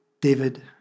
David